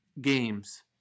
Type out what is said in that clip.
games